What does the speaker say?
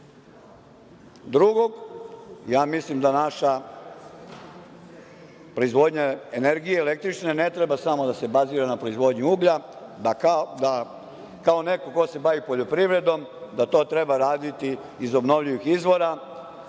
kredita, ja mislim da naša proizvodnja električne energije ne treba samo da se bazira na proizvodnji uglja. Kao neko ko se bavi poljoprivredom, to treba raditi iz obnovljivih izvora